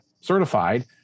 certified